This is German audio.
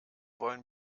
wollen